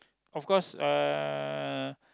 of course uh